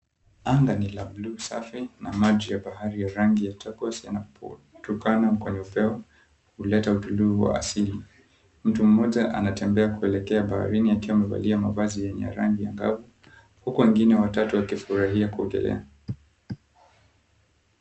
Anga ni la bluu safi na maji ya bahari ya rangi ya turquoise yanapotokana kwenye upeo, huleta utulivu wa asili. Mtu mmoja anatembea kuelekea baharini akiwa amevalia mavazi yenye rangi angavu huku wengine watatu wakifurahia kuogelea.